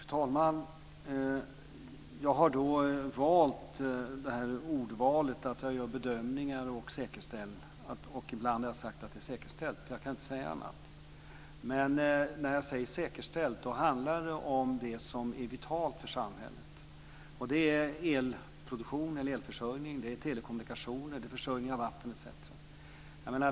Fru talman! Jag har valt dessa ord. Jag gör bedömningar, och ibland har jag sagt att något är säkerställt. Jag kan inte säga annat. När jag säger "säkerställt" handlar det om det som är vitalt för samhället. Det är elförsörjning, telekommunikationer, försörjning av vatten etc.